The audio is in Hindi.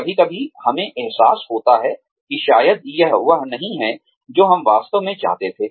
कभी कभी हमें एहसास होता है कि शायद यह वह नहीं है जो हम वास्तव में चाहते थे